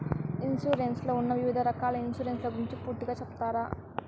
Insurance లో ఉన్న వివిధ రకాల ఇన్సూరెన్సు ల గురించి పూర్తిగా సెప్తారా?